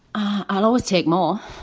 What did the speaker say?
i'll always take more.